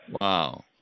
wow